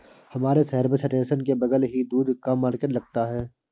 हमारे शहर में स्टेशन के बगल ही दूध का मार्केट लगता है